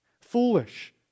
foolish